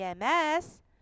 EMS